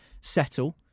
settle